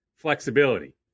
Flexibility